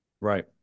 Right